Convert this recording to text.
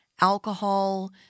alcohol